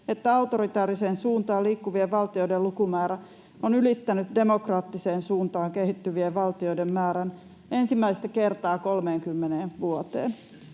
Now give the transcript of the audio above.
että autoritääriseen suuntaan liikkuvien valtioiden lukumäärä on ylittänyt demokraattiseen suuntaan kehittyvien valtioiden määrän ensimmäistä kertaa 30 vuoteen.